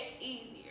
easier